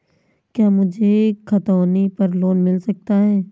क्या मुझे खतौनी पर लोन मिल सकता है?